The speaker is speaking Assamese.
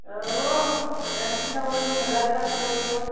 অঁ হ'ব ৰাসটো চাব লাগিব মেলাবিলাক চাব লাগিব